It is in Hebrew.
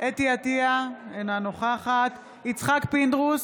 חוה אתי עטייה, אינה נוכחת יצחק פינדרוס,